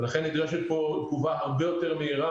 ולכן נדרשת פה תגובה הרבה יותר מהירה,